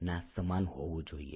ના સમાન હોવું જોઈએ